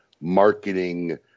marketing